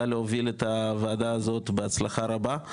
להוביל את הוועדה הזאת בהצלחה רבה.